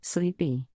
Sleepy